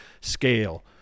scale